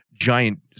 giant